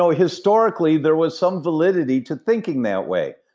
so historically, there was some validity to thinking that way,